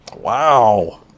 Wow